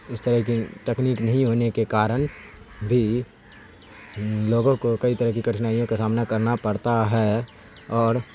اس طرح کی تکنیک نہیں ہونے کے کارن بھی لوگوں کو کئی طرح کی کٹھنائیوں کا سامنا کرنا پڑتا ہے اور